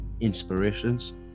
inspirations